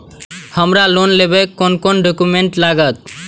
हमरा लोन लाइले कोन कोन डॉक्यूमेंट लागत?